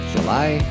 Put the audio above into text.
July